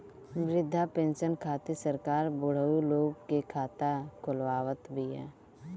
वृद्धा पेंसन खातिर सरकार बुढ़उ लोग के खाता खोलवावत बिया